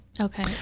Okay